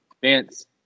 Vance